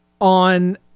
on